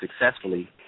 successfully